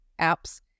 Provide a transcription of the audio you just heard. apps